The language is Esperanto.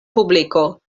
publiko